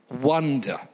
wonder